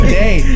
day